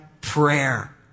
prayer